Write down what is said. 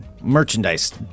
Merchandise